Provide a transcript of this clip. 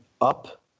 up